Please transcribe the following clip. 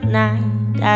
night